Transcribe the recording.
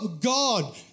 God